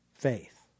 Faith